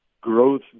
growth